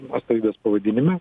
atstovybės pavadinime